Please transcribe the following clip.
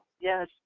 Yes